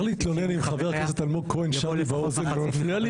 להתלונן אם חבר הכנסת אלמוג כהן שר לי באוזן ומפריע לי.